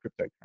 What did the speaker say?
Cryptocurrency